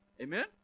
Amen